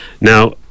Now